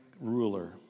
ruler